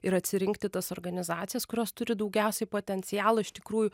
ir atsirinkti tas organizacijas kurios turi daugiausiai potencialo iš tikrųjų